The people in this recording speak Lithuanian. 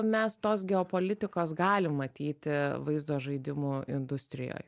mes tos geopolitikos galim matyti vaizdo žaidimų industrijoj